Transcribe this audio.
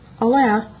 alas